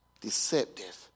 deceptive